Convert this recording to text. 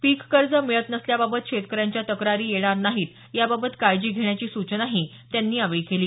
पिक कर्ज मिळत नसल्याबाबत शेतकऱ्यांच्या तक्रारी येणार नाही याबाबत काळजी घेण्याची सूचनाही त्यांनी यावेळी केली